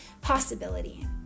possibility